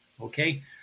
Okay